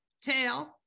tail